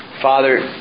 Father